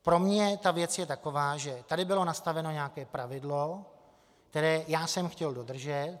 Pro mě ta věc je taková, že tady bylo nastaveno nějaké pravidlo, které já jsem chtěl dodržet.